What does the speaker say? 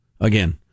again